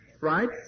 Right